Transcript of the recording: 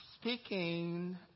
Speaking